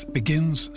begins